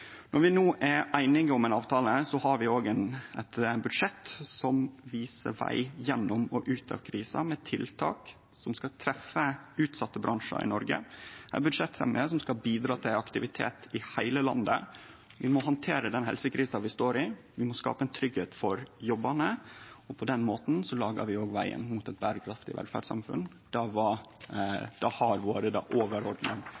Når vi no er einige om ein avtale, har vi eit budsjett som viser veg gjennom og ut av krisa, med tiltak som skal treffe utsette bransjar i Noreg, eit budsjett som skal bidra til aktivitet i heile landet. Vi må handtere den helsekrisa vi står i, og vi må skape tryggleik for jobbane. På den måten lagar vi òg vegen mot eit berekraftig velferdssamfunn. Det